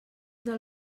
del